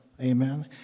Amen